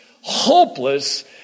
hopeless